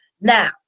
now